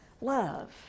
love